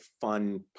fun